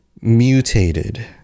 mutated